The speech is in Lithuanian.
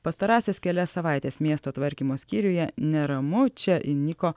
pastarąsias kelias savaites miesto tvarkymo skyriuje neramu čia įniko